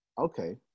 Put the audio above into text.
okay